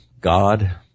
God